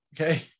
Okay